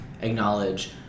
acknowledge